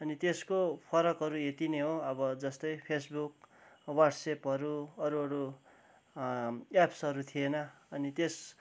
अनि त्यसको फरकहरू यति नै हो अब जस्तै फेसबुक वाट्सएपहरू अरू अरू एप्सहरू थिएन अनि त्यस